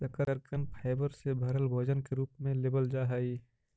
शकरकन फाइबर से भरल भोजन के रूप में लेबल जा हई